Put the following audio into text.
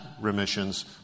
remissions